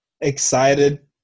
excited